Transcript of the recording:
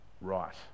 right